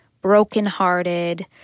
brokenhearted